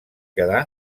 quedar